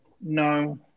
no